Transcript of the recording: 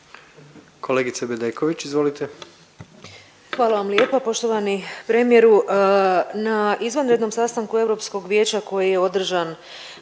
izvolite. **Bedeković, Vesna (HDZ)** Hvala vam lijepa. Poštovani premijeru na izvanrednom sastanku Europskog vijeća koji je održan